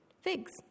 Figs